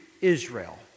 Israel